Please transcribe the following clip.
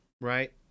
right